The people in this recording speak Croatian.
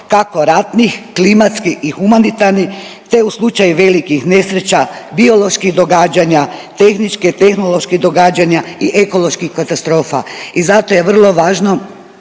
kako ratnih, klimatskih i humanitarnih, te u slučaju velikih nesreća, bioloških događanja, tehničkih, tehnoloških događanja i ekoloških katastrofa i zato je vrlo važno